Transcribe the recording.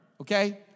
okay